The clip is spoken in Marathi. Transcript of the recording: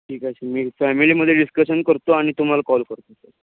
ठीक आहे मी फॅमिलीमध्ये डिस्कशन करतो आणि तुम्हाला कॉल करतो